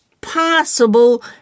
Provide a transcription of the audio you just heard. possible